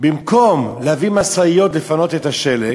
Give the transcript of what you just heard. במקום להביא משאיות לפנות את השלג,